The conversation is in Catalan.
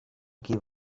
qui